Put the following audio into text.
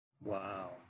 wow